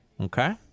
Okay